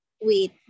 Wait